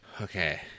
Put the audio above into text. okay